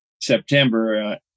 September